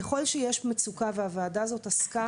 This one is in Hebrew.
עושים